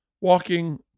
walking